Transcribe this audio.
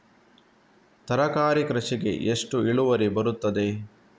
ತರಕಾರಿ ಕೃಷಿಗೆ ಎಷ್ಟು ಇಳುವರಿ ಬರುತ್ತದೆ?